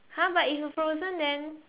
!huh! but if you frozen then